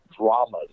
dramas